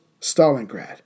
Stalingrad